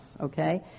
okay